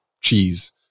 cheese